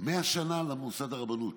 100 שנה למוסד הרבנות.